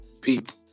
people